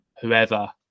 whoever